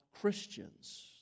Christians